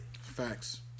Facts